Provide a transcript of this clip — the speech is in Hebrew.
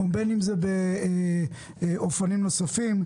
ובין אם זה באופנים נוספים.